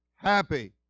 happy